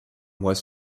was